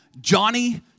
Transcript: Johnny